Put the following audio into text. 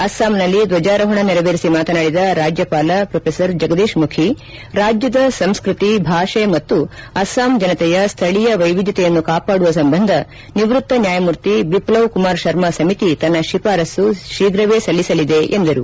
ಅಸ್ಪಾಂ ನಲ್ಲಿ ಧ್ಯಜಾರೋಹಣ ನೆರವೇರಿಸಿ ಮಾತನಾಡಿದ ರಾಜ್ಯಪಾಲ ಪ್ರೊಫೆಸರ್ ಜಗದೀಶ್ ಮುಖಿ ರಾಜ್ಯದ ಸಂಸ್ಕೃತಿ ಭಾಷೆ ಮತ್ತು ಅಸ್ಟಾಂ ಜನತೆಯ ಸ್ಥಳೀಯ ವೈವಿಧ್ಯತೆಯನ್ನು ಕಾಪಾಡುವ ಸಂಬಂಧ ನಿವೃತ್ತ ನ್ಯಾಯಮೂರ್ತಿ ಬಿಪ್ಲವ್ ಕುಮಾರ್ ಶರ್ಮಾ ಸಮಿತಿ ತನ್ನ ಶಿಫಾರಸ್ಸು ಶೀಫ್ರವೇ ಸಲ್ಲಿಸಲಿದೆ ಎಂದರು